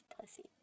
pussy